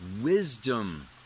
wisdom